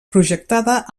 projectada